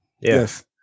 Yes